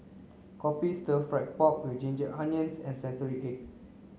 kopi stir fried pork with ginger onions and century egg